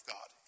God